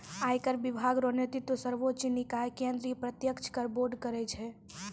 आयकर विभाग रो नेतृत्व सर्वोच्च निकाय केंद्रीय प्रत्यक्ष कर बोर्ड करै छै